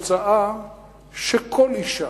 התוצאה שכל אשה,